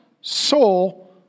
soul